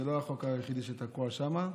זה לא החוק היחיד שתקוע שם,